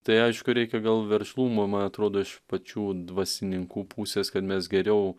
tai aišku reikia gal veržlumo ma atrodo iš pačių dvasininkų pusės kad mes geriau